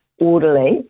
orderly